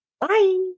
Bye